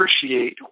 appreciate